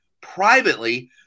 privately